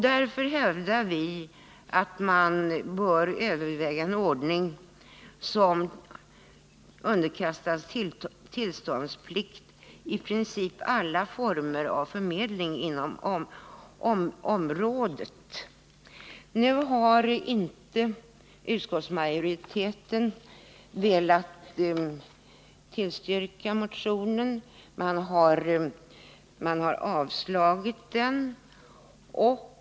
Därför hävdar vi att man bör överväga en ordning där i princip alla former av förmedling inom Utskottsmajoriteten har inte velat tillstyrka motionen, utan man har avstyrkt den.